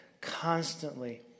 constantly